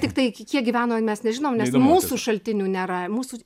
tiktai iki kiek gyveno mes nežinom nes mūsų šaltinių nėra mūsų